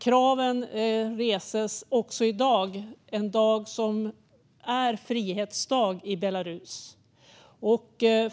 Kraven reses också i dag, som är frihetsdag i Belarus.